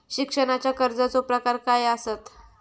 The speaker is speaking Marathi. शिक्षणाच्या कर्जाचो प्रकार काय आसत?